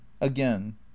Again